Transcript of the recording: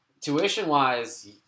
tuition-wise